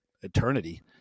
eternity